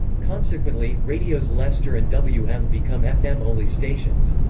consequently, radios leicester and wm become fm only stations.